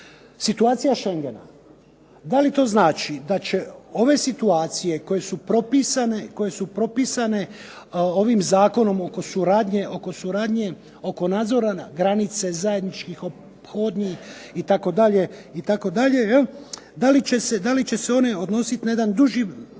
Situacija Schengena, da li to znači da će ove situacije koje su propisane ovim zakonom oko suradnje oko nadzora na granice zajedničkih ophodnji itd., da li će se one odnositi na jedan duži